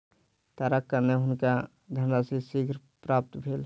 तारक कारणेँ हुनका धनराशि शीघ्र प्राप्त भेल